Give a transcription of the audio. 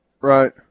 Right